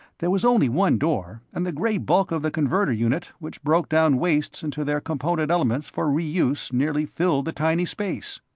there was only one door, and the gray bulk of the converter unit which broke down wastes into their component elements for re-use nearly filled the tiny space.